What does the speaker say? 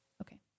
okay